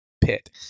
Pit